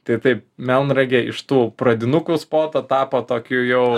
tai taip melnragė iš tų pradinukų spoto tapo tokiu jau